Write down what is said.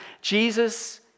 Jesus